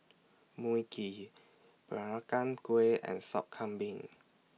Mui Kee Peranakan Kueh and Sop Kambing